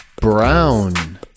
Brown